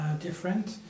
different